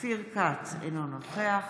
אופיר כץ, אינו נוכח